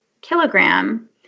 kilogram